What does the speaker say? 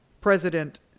president